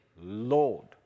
Lord